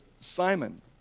Simon